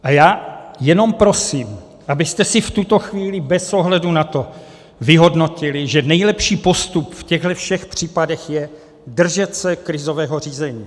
A já jenom prosím, abyste si v tuto chvíli bez ohledu na to vyhodnotili, že nejlepší postup v těchhle všech případech je držet se krizového řízení.